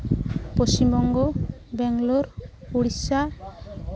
Paschimbanga Bangalore Odisha